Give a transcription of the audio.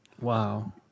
wow